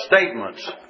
statements